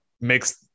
makes